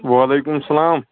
وعلیکُم السلام